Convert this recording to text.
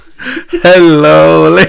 Hello